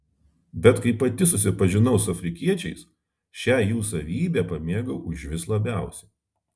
bet kai pati susipažinau su afrikiečiais šią jų savybę pamėgau užvis labiausiai